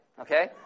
okay